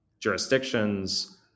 jurisdictions